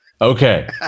Okay